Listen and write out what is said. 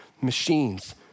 machines